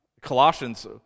Colossians